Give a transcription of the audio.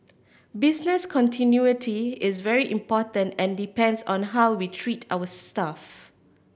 business continuity is very important and depends on how we treat our staff